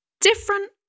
different